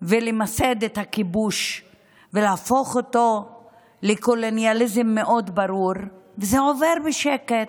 ולמסד את הכיבוש ולהפוך אותו לקולוניאליזם מאוד ברור וזה עובר בשקט,